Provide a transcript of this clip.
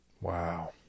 Wow